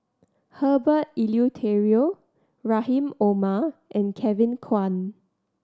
Herbert Eleuterio Rahim Omar and Kevin Kwan